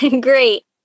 Great